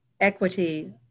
equity